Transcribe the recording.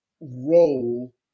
role